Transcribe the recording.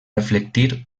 reflectir